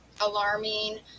alarming